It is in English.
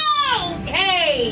Hey